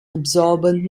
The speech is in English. absorbent